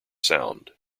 sound